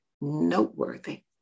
noteworthy